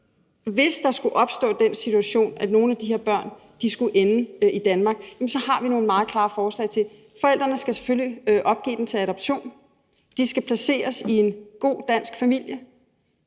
Hvis der skulle opstå den situation, at nogle af de her børn skulle ende i Danmark, har vi nogle meget klare forslag til, hvad der skal ske. Forældrene skal selvfølgelig opgive dem til adoption; de skal placeres i en god dansk familie;